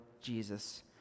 Jesus